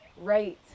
Right